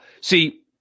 See